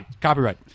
Copyright